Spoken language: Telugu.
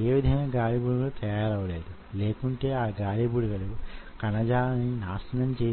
ఈ శక్తి కార్డియాక్ లేక గుండెకు సంబంధించిన కణ జాలంలో వొక విధంగానూ